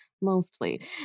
mostly